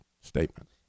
statement